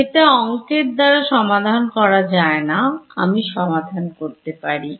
যেটা অংকের দ্বারা সমাধান করা যায় না আমি সমাধান করতে পারি